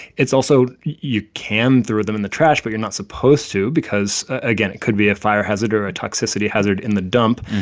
it's also you can throw them in the trash, but you're not supposed to because, again, it could be a fire hazard or a toxicity hazard in the dump.